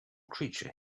creature